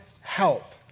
help